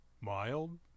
mild